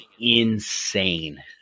insane